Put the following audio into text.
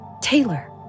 Taylor